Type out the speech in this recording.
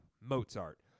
Mozart